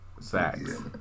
sacks